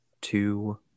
two